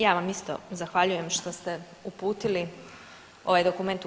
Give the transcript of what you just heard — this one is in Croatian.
Ja vam isto zahvaljujem što ste uputili ovaj dokument u HS.